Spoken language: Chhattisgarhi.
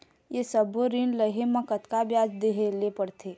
ये सब्बो ऋण लहे मा कतका ब्याज देहें ले पड़ते?